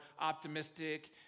optimistic